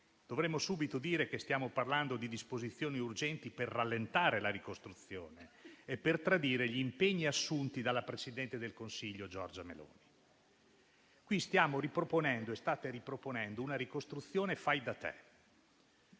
decreto-legge e dire che stiamo parlando di disposizioni urgenti per rallentare la ricostruzione e per tradire gli impegni assunti dalla presidente del Consiglio Giorgia Meloni. Con il testo in discussione stiamo riproponendo e state riproponendo una ricostruzione fai da te.